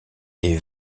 est